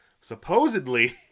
supposedly